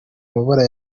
mabara